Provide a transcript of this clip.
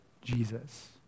Jesus